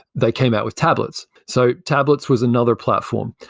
they came out with tablets. so tablets was another platform.